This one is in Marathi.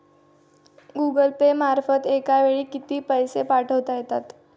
गूगल पे मार्फत एका वेळी किती पैसे पाठवता येतात?